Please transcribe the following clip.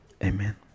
Amen